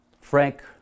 Frank